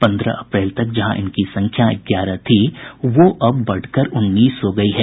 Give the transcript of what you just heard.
पन्द्रह अप्रैल तक जहां इनकी संख्या ग्यारह थी वो अब बढ़कर उन्नीस हो गयी है